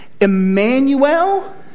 Emmanuel